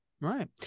right